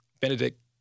Benedict